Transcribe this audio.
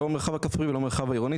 לא במרחב הכפרי ולא במרחב העירוני,